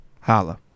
Holla